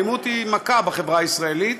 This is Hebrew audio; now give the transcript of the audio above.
האלימות היא מכה בחברה הישראלית,